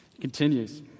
continues